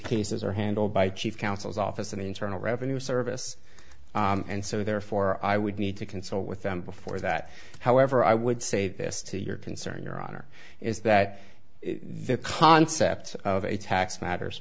cases are handled by chief counsel's office an internal revenue service and so therefore i would need to consult with them before that however i would say this to your concern your honor is that the concept of a tax matters